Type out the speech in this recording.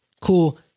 cool